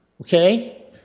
Okay